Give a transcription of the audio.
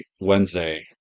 Wednesday